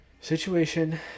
Situation